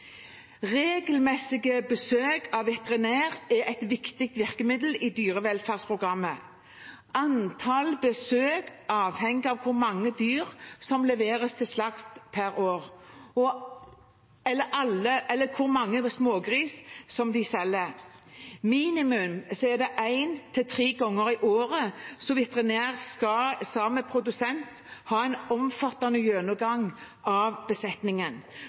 Regelmessige besøk av veterinær er et viktig virkemiddel i dyrevelferdsprogrammet. Antall besøk avhenger av hvor mange dyr som leveres til slakt per år, eller hvor mange smågris man selger. Minimum én til tre ganger i året skal veterinær og produsent ha en omfattende gjennomgang av besetningen,